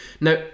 Now